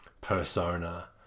persona